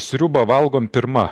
sriubą valgom pirma